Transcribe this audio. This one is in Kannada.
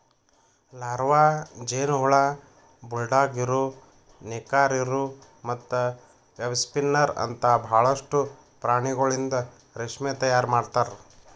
ಲಾರ್ವಾ, ಜೇನುಹುಳ, ಬುಲ್ಡಾಗ್ ಇರು, ನೇಕಾರ ಇರು ಮತ್ತ ವೆಬ್ಸ್ಪಿನ್ನರ್ ಅಂತ ಭಾಳಷ್ಟು ಪ್ರಾಣಿಗೊಳಿಂದ್ ರೇಷ್ಮೆ ತೈಯಾರ್ ಮಾಡ್ತಾರ